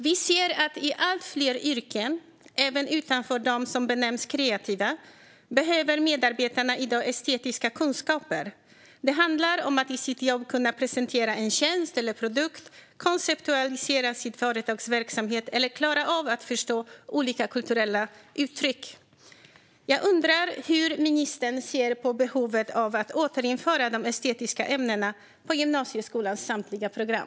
Vi ser att i allt fler yrken, även utanför dem som benämns kreativa, behöver medarbetarna i dag estetiska kunskaper. Det handlar om att i sitt jobb kunna presentera en tjänst eller produkt, konceptualisera sitt företags verksamhet eller att klara av att förstå olika kulturella uttryck. Jag undrar hur ministern ser på behovet av att återinföra de estetiska ämnena på gymnasieskolans samtliga program.